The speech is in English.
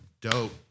dope